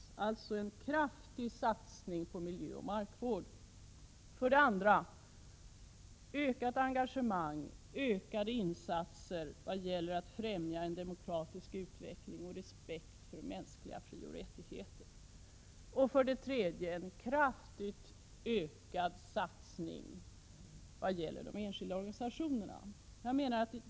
Jag förespråkar alltså en kraftig satsning på miljöoch markvård. För det andra bör vi åstadkomma ett ökat engagemang och ökade insatser när det gäller att främja en demokratisk utveckling och respekten för mänskliga frioch rättigheter. För det tredje behövs en kraftigt ökad satsning på de enskilda organisationerna.